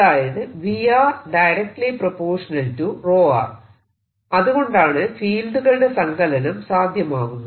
അതായത് അതുകൊണ്ടാണ് ഫീൽഡുകളുടെ സങ്കലനം സാധ്യമാകുന്നത്